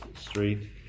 Street